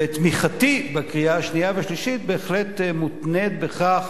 ותמיכתי בקריאה השנייה והשלישית בהחלט מותנית בכך